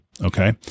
Okay